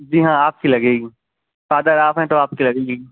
جی ہاں آپ کی لگے گی فادر آپ ہیں تو آپ کی لگے گی